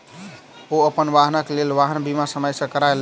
ओ अपन वाहनक लेल वाहन बीमा समय सॅ करा लेलैन